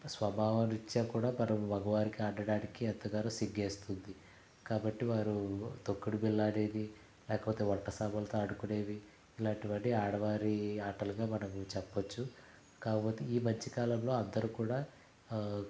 స్వభావరీత్యా కూడా మనం మగవారికి ఆడటానికి ఎంతగానో సిగ్గేస్తుంది కాబట్టి వారు తొక్కుడు బిళ్ళ అనేది లేకపోతే వంట సామానుతో ఆడుకొనేవి ఇలాంటి వన్నీ ఆడవారి ఆటలుగా మనం చెప్పచ్చు కాకపోతే ఈ మధ్య కాలంలో అందరూ కూడా